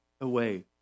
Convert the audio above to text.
away